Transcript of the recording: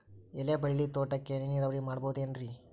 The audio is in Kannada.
ಎಲೆಬಳ್ಳಿ ತೋಟಕ್ಕೆ ಹನಿ ನೇರಾವರಿ ಮಾಡಬಹುದೇನ್ ರಿ?